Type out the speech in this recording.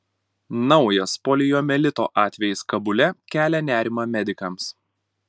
naujas poliomielito atvejis kabule kelia nerimą medikams